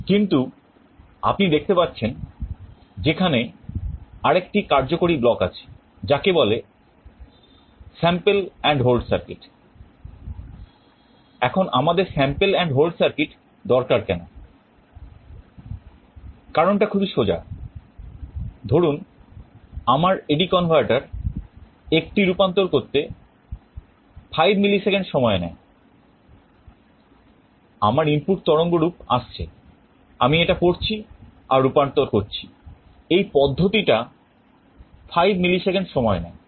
কিন্তু আপনি দেখতে পাচ্ছেন যেখানে আরেকটি কার্যকরী ব্লক আসছে আমি এটা পড়ছি আর রূপান্তর করছি এই পদ্ধতিটা 5 মিলি সেকেন্ড সময় নেয়